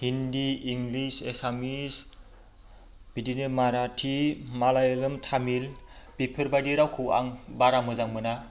Hindi English Assamese बिदिनो माराथि मालायालाम तामिल बेफोरबायदि रावखौ आं बारा मोजां मोना